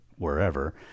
wherever